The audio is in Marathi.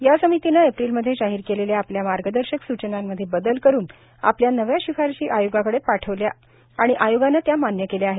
या समितीनं एप्रिलमध्ये जाहीर केलेल्या आपल्या मार्गदर्शक सुचनांमध्ये बदल करून आपल्या नव्या शिफारसी आयोगाकडे पाठवल्या आणि आयोगानं त्या मान्य केल्या आहेत